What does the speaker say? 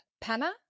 Panna